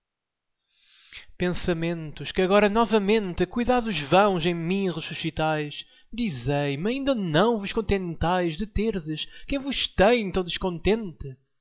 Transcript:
pensamentos que agora novamente cuidados vãos em mim ressuscitais dizei me ainda não vos contentais de terdes quem vos tem tão descontente